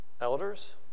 Elders